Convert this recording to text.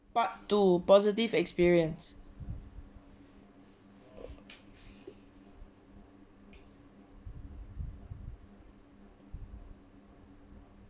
part two positive experience